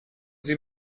sie